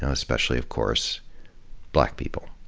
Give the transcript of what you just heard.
especially of course black people.